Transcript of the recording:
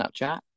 snapchat